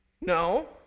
No